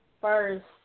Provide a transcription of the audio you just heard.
first